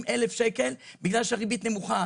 בגלל שהריבית נמוכה,